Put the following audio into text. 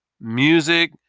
music